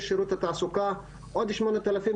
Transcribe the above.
יש לשירות תעסוקה עוד שמונת אלפים,